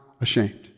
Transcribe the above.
ashamed